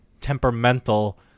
temperamental